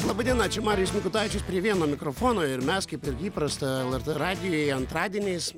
laba diena čia marijus mikutavičius prie vieno mikrofono ir mes kaip įprasta lrt radijui antradieniais